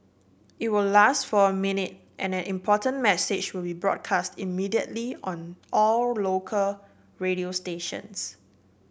it will last for a minute and an important message will be broadcast immediately on all local radio stations